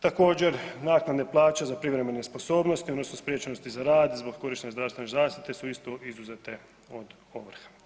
Također, naknade plaće za privremene nesposobnosti, odnosno spriječenosti za rad zbog korištenja zdravstvene zaštite su isto izuzete od ovrha.